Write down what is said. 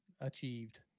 achieved